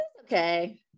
okay